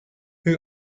who